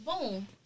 Boom